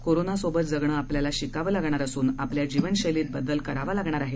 कोरोनासोबत जगणे आपल्याला शिकावं लागणार असून आपल्या जीवनशैलीत बदल करावा लागणार आहे